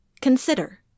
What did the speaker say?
consider